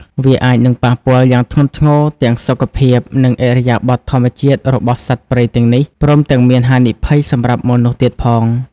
វាអាចនឹងប៉ះពាល់យ៉ាងធ្ងន់ធ្ងរទាំងសុខភាព និងឥរិយាបថធម្មជាតិរបស់សត្វព្រៃទាំងនេះ ព្រមទាំងមានហានិភ័យសម្រាប់មនុស្សទៀតផង។